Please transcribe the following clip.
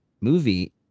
movie